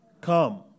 come